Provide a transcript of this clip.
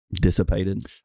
dissipated